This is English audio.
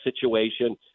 situation